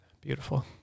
Beautiful